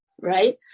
right